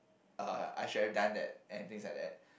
uh I should have done that and things like that